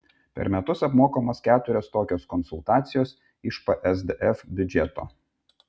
per metus apmokamos keturios tokios konsultacijos iš psdf biudžeto